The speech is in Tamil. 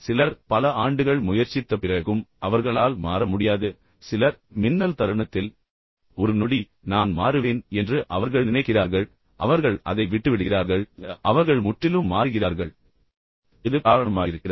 சிலர் பல ஆண்டுகள் முயற்சித்த பிறகும் அவர்களால் மாற முடியாது சிலர் மின்னல் தருணத்தில் ஒரு நொடி நான் மாறுவேன் என்று அவர்கள் நினைக்கிறார்கள் பின்னர் அவர்கள் அதை விட்டுவிடுகிறார்கள் பின்னர் அவர்கள் முற்றிலும் மாறுகிறார்கள் இப்போது எது காரணமாயிருக்கிறது